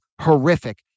horrific